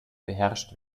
beherrscht